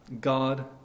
God